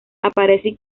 aparece